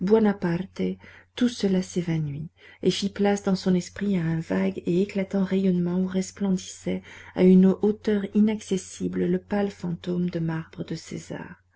tout cela s'évanouit et fit place dans son esprit à un vague et éclatant rayonnement où resplendissait à une hauteur inaccessible le pâle fantôme de marbre de césar